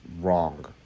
wrong